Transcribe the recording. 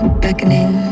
beckoning